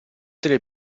delle